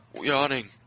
yawning